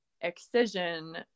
excision